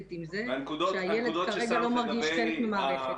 עם זה שהילד כרגע לא מרגיש חלק מהמערכת.